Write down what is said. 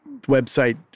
website